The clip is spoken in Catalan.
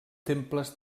temples